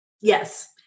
Yes